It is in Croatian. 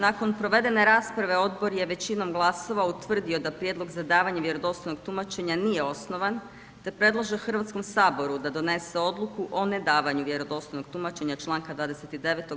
Nakon provedene rasprave Odbor je većinom glasova utvrdio da prijedlog za davanje vjerodostojnog tumačenja nije osnovan te predlaže Hrvatskom saboru da donese odluku o nedavanju vjerodostojnog tumačenja članka 29.